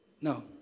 No